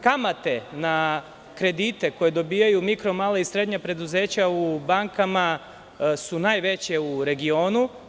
Kamate na kredite koje dobijaju mikro, mala i srednja preduzeća u bankama su najveće u regionu.